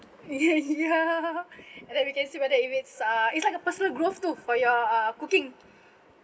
ya ya and then we can see whether if it's uh it's like a personal growth too for your uh uh cooking